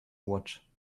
watch